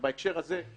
ובהקשר הזה,